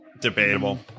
Debatable